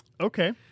Okay